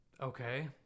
Okay